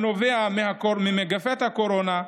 הנובע ממגפת הקורונה,